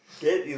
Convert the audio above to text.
that is